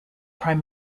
prime